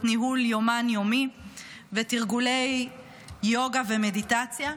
ניהול יומן יומי ותרגולי יוגה ומדיטציה.